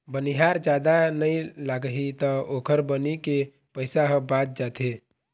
बनिहार जादा नइ लागही त ओखर बनी के पइसा ह बाच जाथे